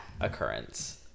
occurrence